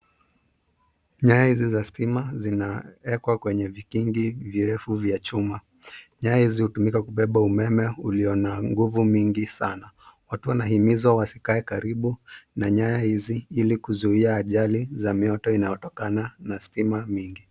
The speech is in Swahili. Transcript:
Nyayo hizi za stima zinaekwa kwenye vikingi virefu vya chuma, nyaya hizi hutumika ubeba umeme uliyo na nguvu mingi sana. Watu wanahimizwa wasikae karibu na nyaya hizi ilikuzuia ajali za mioto inayotokana na stima mingi.